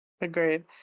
Agreed